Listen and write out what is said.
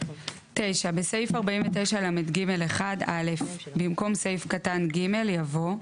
"(9)בסעיף 49לג1, (א)במקום סעיף קטן (ג) יבוא: